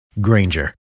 Granger